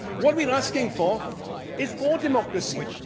what we're asking for is for democracy,